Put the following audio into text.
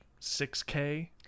6k